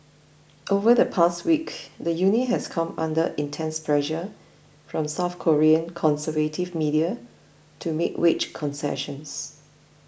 over the past week the union has come under intense pressure from South Korean conservative media to make wage concessions